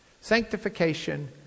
Sanctification